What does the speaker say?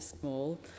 small